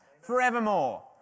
forevermore